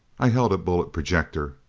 i held a bullet projector.